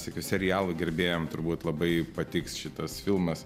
visokių serialų gerbėjam turbūt labai patiks šitas filmas